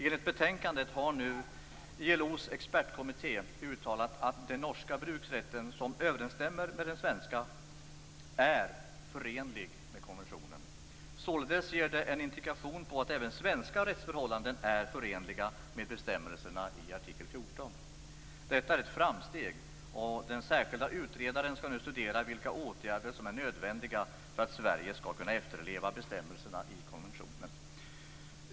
Enligt betänkandet har nu ILO:s expertkommitté uttalat att den norska bruksrätten, som överensstämmer med den svenska, är förenlig med konventionen. Således ger det en indikation på att även svenska rättsförhållanden är förenliga med bestämmelserna i artikel 14. Detta är ett framsteg, och den särskilda utredaren skall nu studera vilka åtgärder som är nödvändiga för att Sverige skall kunna efterleva bestämmelserna i konventionen.